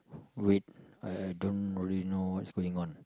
wait I don't really know what's going on